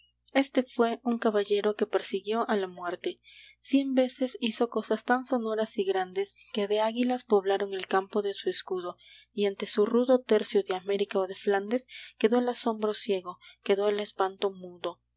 este fué un caballero que persiguió a la muerte cien veces hizo cosas tan sonoras y grandes que de águilas poblaron el campo de su escudo y ante su rudo tercio de américa o de flandes quedó el asombro ciego quedó el espanto mudo